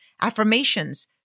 affirmations